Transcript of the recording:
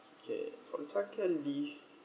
okay for the child care leave